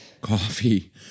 coffee